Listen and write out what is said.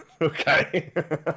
Okay